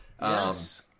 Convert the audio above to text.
Yes